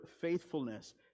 faithfulness